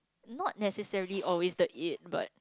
not necessary always the age but